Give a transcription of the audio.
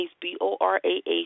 B-O-R-A-H